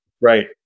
Right